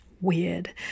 Weird